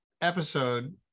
episode